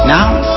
Now